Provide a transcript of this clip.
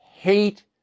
hate